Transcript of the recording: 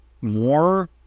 more